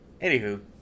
Anywho